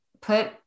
put